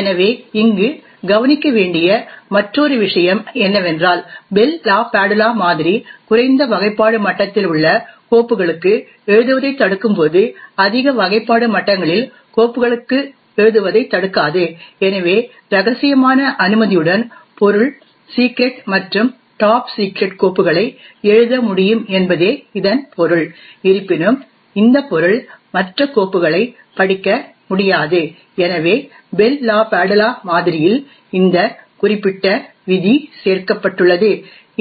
எனவே இங்கு கவனிக்க வேண்டிய மற்றொரு விஷயம் என்னவென்றால் பெல் லாபாதுலா மாதிரி குறைந்த வகைப்பாடு மட்டத்தில் உள்ள கோப்புகளுக்கு எழுதுவதைத் தடுக்கும்போது அதிக வகைப்பாடு மட்டங்களில் கோப்புகளுக்கு எழுதுவதைத் தடுக்காது எனவே ரகசியமான அனுமதியுடன் பொருள் சிக்ரெட் மற்றும் டாப் சிக்ரெட் கோப்புகளை எழுத முடியும் என்பதே இதன் பொருள் இருப்பினும் இந்த பொருள் மற்ற கோப்புகளைப் படிக்க முடியாது எனவே பெல் லாபாதுலா மாதிரியில் இந்த குறிப்பிட்ட விதி சேர்க்கப்பட்டுள்ளது